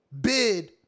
bid